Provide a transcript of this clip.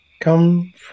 come